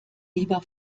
lieber